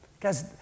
Guys